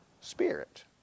spirit